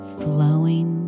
flowing